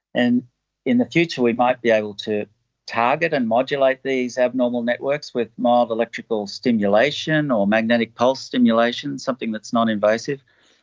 and in the future we might be able to target and modulate these abnormal networks with mild electrical stimulation or magnetic pulse stimulation, something that's not invasive,